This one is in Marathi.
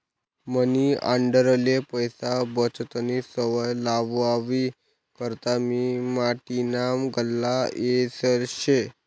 मनी आंडेरले पैसा बचतनी सवय लावावी करता मी माटीना गल्ला लेयेल शे